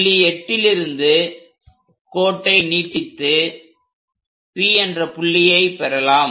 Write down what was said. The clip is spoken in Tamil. புள்ளி 8லிருந்து கோட்டை நீட்டித்து P என்ற புள்ளியை பெறலாம்